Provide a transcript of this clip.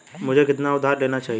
मुझे कितना उधार लेना चाहिए?